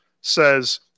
says